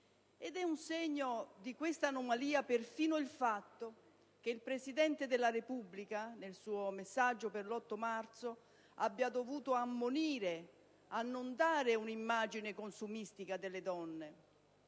ed è un segno di questa anomalia persino il fatto che il Presidente della Repubblica, nel suo messaggio per l'8 marzo, abbia dovuto ammonire a non dare un'immagine consumistica delle donne,